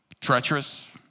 treacherous